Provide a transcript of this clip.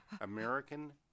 American